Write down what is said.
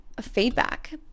feedback